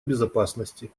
безопасности